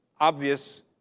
obvious